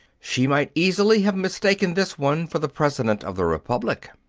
she might easily have mistaken this one for the president of the republic.